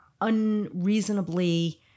unreasonably